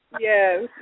yes